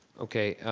okay,